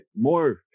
more